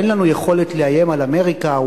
אין לנו יכולת לאיים על אמריקה.